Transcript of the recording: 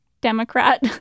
Democrat